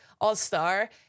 All-Star